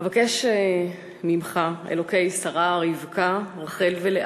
אבקש ממך, אלוקי שרה, רבקה, רחל ולאה,